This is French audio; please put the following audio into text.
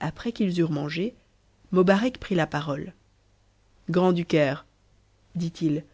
après qu'ils eurent mangé mobarec prit la parole grands dn caire dit it